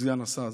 סגן השר,